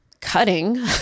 cutting